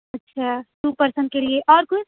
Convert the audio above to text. اچھا two person کے لیے اور کچھ